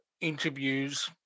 interviews